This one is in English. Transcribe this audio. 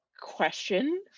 question